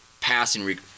passing